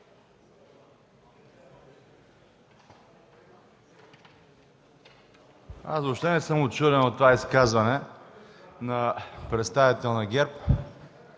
Аз въобще не съм учуден от това изказване на представител на ГЕРБ,